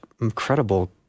incredible